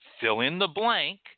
fill-in-the-blank